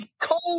cold